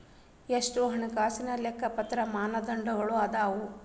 ಎಷ್ಟ ಹಣಕಾಸಿನ್ ಲೆಕ್ಕಪತ್ರ ಮಾನದಂಡಗಳದಾವು?